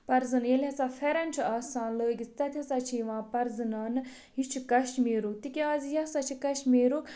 پَرزَٕن ییٚلہِ ہَسا پھیرَن چھُ آسان لٲگِتھ تَتہِ ہَسا چھ یِوان پَرزٕناونہٕ یہِ چھُ کَشمیٖرُک تِکیٛازِ یہِ ہَسا چھُ کَشمیٖرُک